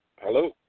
hello